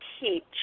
teach